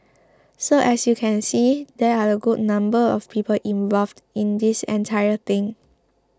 so as you can see there are a good number of people involved in this entire thing